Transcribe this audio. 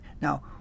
Now